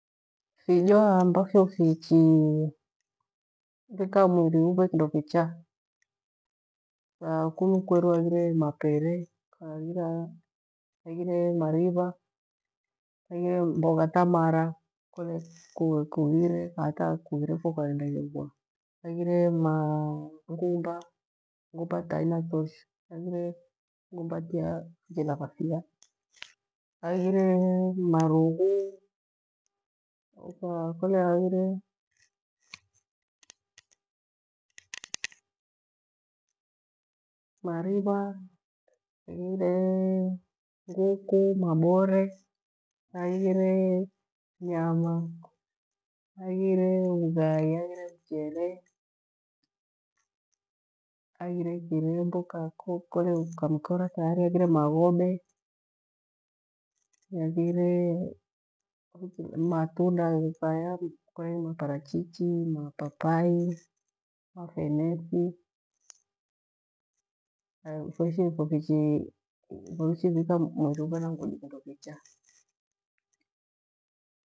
Fijo ambafyo fichi veka mwiri uve kindo kicha akumu kweru aghire mapere, aghire mariba, aghire mboga tamala kole kughire hata kughirifu kwenda kuigwa. Haghire ma gumba taina toshe haighire gumba ta jelabafia. Haighire marugu, ukakolea haghire mariba, haghire nguku mabore, haghire nyama, haghire ugali, haghire mchele, haghire kireo mbuka, kukole ukamukora, kare, haghire magobe, haghire matunda ghe zayabi, kule maparachichi, mapapai, mafenesi fuoishishe fofishi fika mweri uiva nai kindokicha.